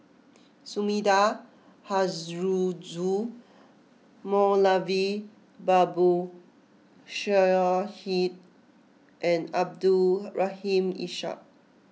Sumida Haruzo Moulavi Babu Sahib and Abdul Rahim Ishak